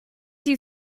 you